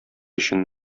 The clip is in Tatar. өчен